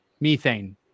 Methane